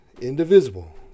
indivisible